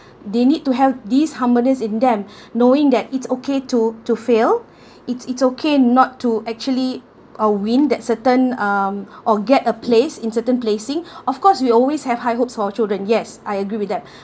they need to have these humbleness in them knowing that it's okay to to fail it's it's okay not to actually uh win that certain um or get a place in certain placing of course we always have high hopes for our children yes I agree with that